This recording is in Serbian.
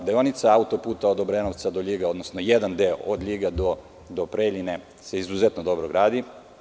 Deonica autoputa od Obrenovca do Ljiga, odnosno jedan deo od Ljiga do Preljine se izuzetno dobro gradi.